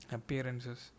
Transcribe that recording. Appearances